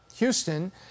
Houston